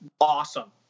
awesome